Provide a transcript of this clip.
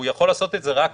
והוא יכול לעשות את זה רק